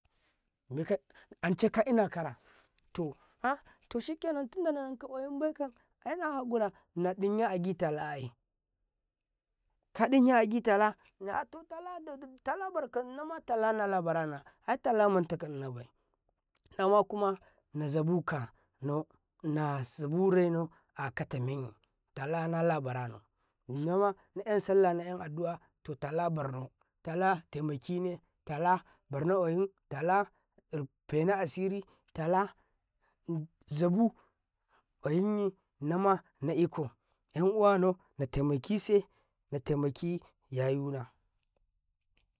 ﻿nikan ancefa inakara ato atoseke namba tinda nanaka ƙwayin bai innahaƙura naɗin agi talaye kaɗanya agi tala na atotola tala barhimam tala la barana ay tala mantaka linabai nawakuma nazabuka nazubu rinau akata meenni tala nala baranau mimam na an sallana an adua to tala barno tala temukine tala barno ƙwayin tala rifeni asiri tala zabu ƙwayinye nama naikam na uwanana natemaki se natemaki yayuna.